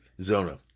Zona